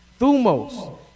Thumos